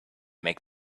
make